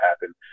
happen